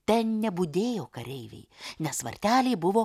ten nebudėjo kareiviai nes varteliai buvo